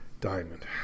Diamond